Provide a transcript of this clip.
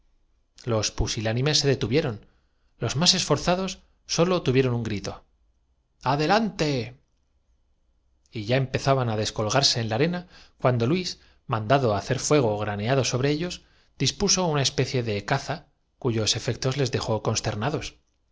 los pusilánimes se detuvieron los más esforzados sólo tuvieron un grito adelante y ya empezaban á descolgarse en la arena cuando luis mandando hacer fuego graneado sobre ellos dispuso una especie de caza cuyos efectos los dejó consternados